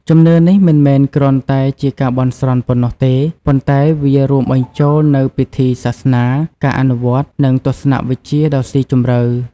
ជំនឿនេះមិនមែនគ្រាន់តែជាការបន់ស្រន់ប៉ុណ្ណោះទេ ប៉ុន្តែវារួមបញ្ចូលនូវពិធីសាសនា ការអនុវត្តន៍ និងទស្សនៈវិជ្ជាដ៏ស៊ីជម្រៅ។